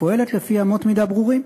הפועלת לפי אמות מידה ברורים,